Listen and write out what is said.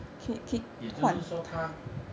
也就是说它